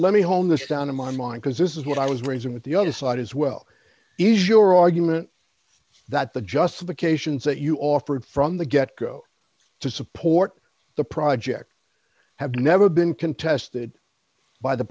let me hold this down in my mind because this is what i was raising the other side as well your argument that the justifications that you offered from the get go to support the project have never been contested by the